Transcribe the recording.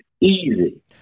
easy